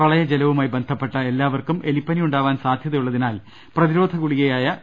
പ്രളയജലവുമായി ബന്ധപ്പെട്ട എല്ലാവർക്കും എലി പ്പനിയുണ്ടാവാൻ സാധ്യതയുള്ളതിനാൽ പ്രതിരോധ ഗുളികയായ ട്ട്